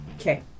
Okay